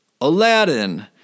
Aladdin